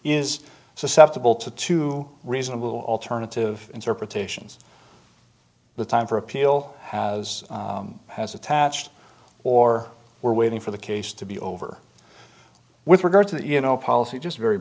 is susceptible to two reasonable alternative interpretations the time for appeal has has attached or we're waiting for the case to be over with regard to that you know policy just very